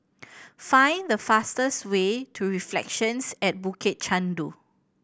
find the fastest way to Reflections at Bukit Chandu